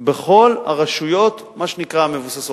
בכל הרשויות, מה שנקרא המבוססות.